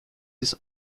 his